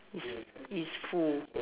is is full